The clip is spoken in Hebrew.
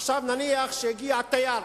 עכשיו נניח שהגיע תייר,